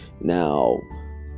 Now